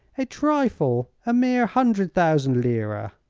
a trifle a mere hundred thousand lira.